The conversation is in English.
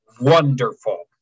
wonderful